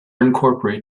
incorporate